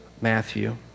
Matthew